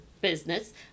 business